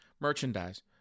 merchandise